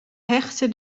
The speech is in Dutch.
hechtte